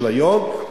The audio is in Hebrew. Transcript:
של היום,